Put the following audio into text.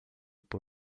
por